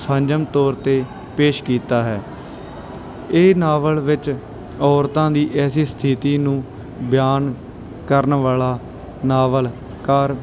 ਸੰਜਮ ਤੌਰ 'ਤੇ ਪੇਸ਼ ਕੀਤਾ ਹੈ ਇਹ ਨਾਵਲ ਵਿੱਚ ਔਰਤਾਂ ਦੀ ਐਸੀ ਸਥਿਤੀ ਨੂੰ ਬਿਆਨ ਕਰਨ ਵਾਲਾ ਨਾਵਲਕਾਰ